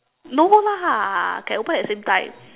no lah can open at the same time